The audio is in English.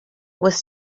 was